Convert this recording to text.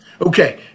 Okay